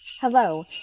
Hello